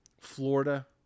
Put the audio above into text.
Florida